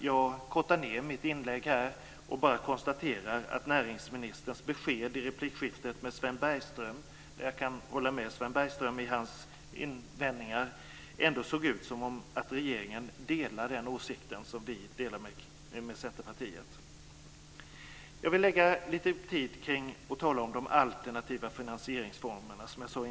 Jag kortar ned mitt inlägg och konstaterar bara att näringsministerns besked i replikskiftet med Sven Bergström - där jag kan hålla med Sven Bergström i hans invändningar - ändå lät som att regeringen delar den åsikt som vi delar med Centerpartiet. Jag vill tala något om de alternativa finansieringsformerna.